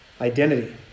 Identity